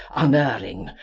unerring,